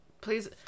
Please